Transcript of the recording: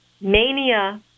mania